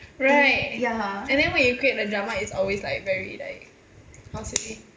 right and then when you create the drama it's always like very like how say